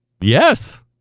Yes